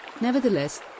Nevertheless